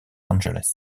angeles